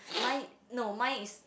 mine no mine is